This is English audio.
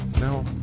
no